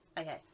okay